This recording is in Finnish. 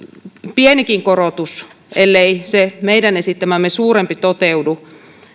pienikin korotus ellei se meidän esittämämme suurempi toteudu